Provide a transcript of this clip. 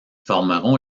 formeront